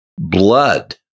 blood